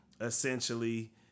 essentially